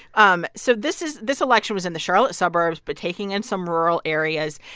um so this is this election was in the charlotte suburbs but taking in some rural areas.